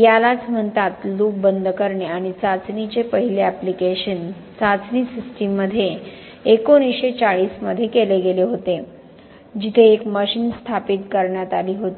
यालाच म्हणतात लूप बंद करणे आणि चाचणीचे पहिले ऍप्लिकेशन चाचणी सिस्टमंमध्ये 1940 मध्ये केले गेले होते जिथे एक मशीन स्थापित करण्यात आली होती